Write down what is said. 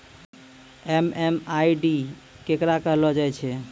MMID केकरा कहलो जाय छै